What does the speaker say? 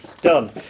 Done